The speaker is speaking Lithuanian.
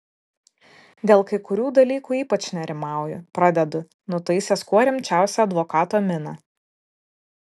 dėl kai kurių dalykų ypač nerimauju pradedu nutaisęs kuo rimčiausią advokato miną